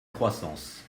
croissance